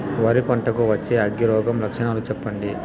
వరి పంట కు వచ్చే అగ్గి రోగం లక్షణాలు చెప్పండి?